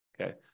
Okay